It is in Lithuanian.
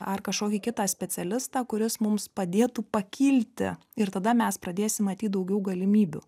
ar kažkokį kitą specialistą kuris mums padėtų pakilti ir tada mes pradėsim matyt daugiau galimybių